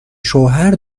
شوهر